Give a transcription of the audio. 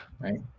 Right